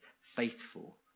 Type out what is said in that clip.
faithful